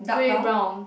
dark brown